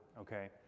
okay